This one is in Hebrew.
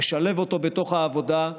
לשלב אותו בתוך העבודה,